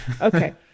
Okay